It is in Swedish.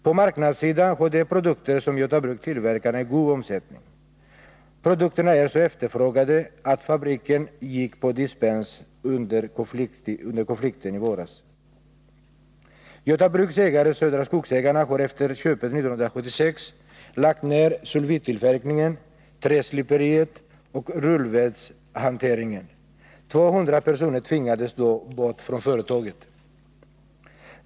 På marknadssidan har de produkter som Göta Bruk tillverkar en god omsättning. Produkterna är så efterfrågade att fabriken gick på dispens under konflikten i våras. Göta Bruks ägare Södra Skogsägarna har efter köpet 1976 lagt ned sulfittillverkningen, träsliperiet och rullvedshanteringen. 200 personer tvingades då bort från företaget.